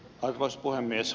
arvoisa puhemies